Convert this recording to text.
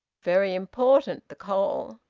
very important, the coal!